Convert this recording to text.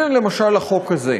הנה, למשל, החוק הזה.